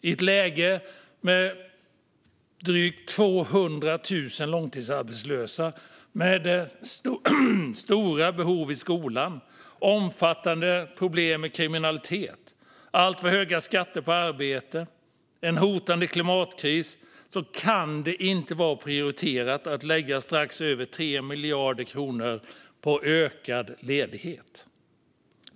I ett läge med drygt 200 000 långtidsarbetslösa, stora behov i skolan, omfattande problem med kriminalitet, alltför höga skatter på arbete och en hotande klimatkris kan det inte vara prioriterat att lägga strax över 3 miljarder kronor på ökad ledighet.